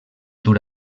dur